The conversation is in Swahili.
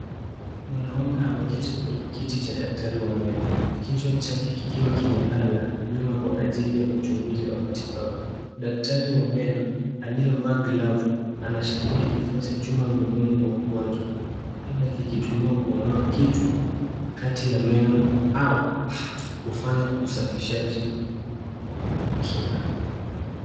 Mwanaume ameketi kwenye kiti cha daktari wa meno. Kichwa chake kikiwa kimelala nyuma kwa ajili ya uchunguzi au matibabu. Daktari wa meno aliyevaa glavu, anashikilia kifaa cha chuma mdomoni mwa mgonjwa labda kikitumiwa kuondoa kitu kati ya meno au kufanya usafishaji wa kina.